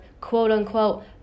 quote-unquote